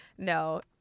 no